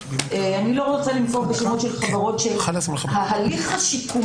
אני לא יכול להעלות טענת נושא חדש כי עוד לא עשינו